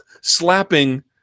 slapping